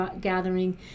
gathering